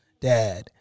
Dad